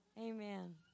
Amen